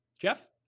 Jeff